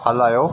हलायो